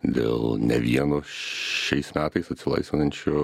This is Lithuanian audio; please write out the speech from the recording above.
dėl ne vieno šiais metais atsilaisvinančio